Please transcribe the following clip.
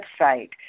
website